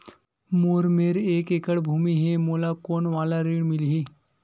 मोर मेर एक एकड़ भुमि हे मोला कोन वाला ऋण मिलही?